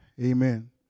amen